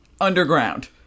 underground